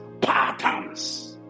patterns